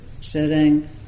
sitting